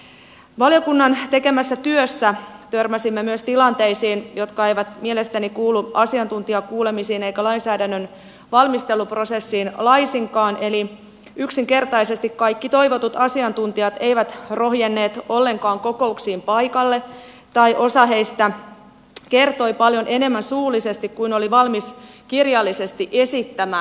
valiokunnan tekemässä työssä törmäsimme myös tilanteisiin jotka eivät mielestäni kuulu asiantuntijakuulemisiin eivätkä lainsäädännön valmisteluprosessiin laisinkaan eli yksinkertaisesti kaikki toivotut asiantuntijat eivät rohjenneet ollenkaan kokouksiin paikalle tai osa heistä kertoi paljon enemmän suullisesti kuin oli valmis kirjallisesti esittämään